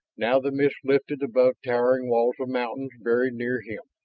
now the mist lifted above towering walls of mountains very near him,